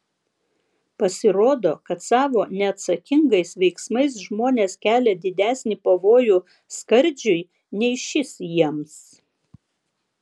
pasirodo kad savo neatsakingais veiksmais žmonės kelia didesnį pavojų skardžiui nei šis jiems